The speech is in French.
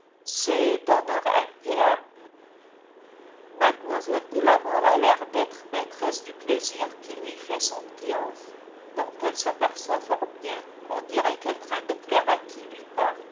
c'est d'honneur impayable mlle de la mole a l'air d'être maîtresse du plaisir que lui fait son triomphe dont elle s'aperçoit fort bien on dirait qu'elle craint de plaire à qui lui parle